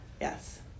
Yes